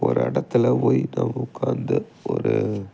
ஒரு இடத்துல போய் நம்ம உட்காந்து ஒரு